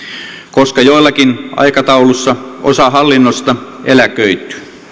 koska jollakin aikataululla osa hallinnosta eläköityy